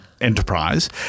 enterprise